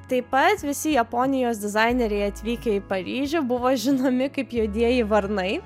tai pats visi japonijos dizaineriai atvykę į paryžių buvo žinomi kaip juodieji varnai